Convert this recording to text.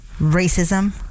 Racism